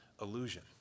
illusion